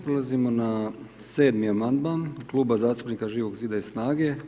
Prelazimo na 7. amandman Kluba zastupnika Živog zida i SNAG-a.